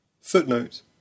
Footnote